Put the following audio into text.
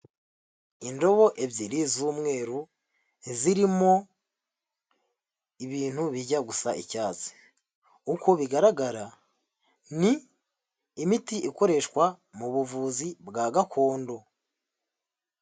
Indobo ebyiri z'umweru zirimo ibintu bijya gusa icyatsi, uko bigaragara ni imiti ikoreshwa mu buvuzi bwa gakondo.